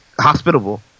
hospitable